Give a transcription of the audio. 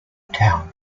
town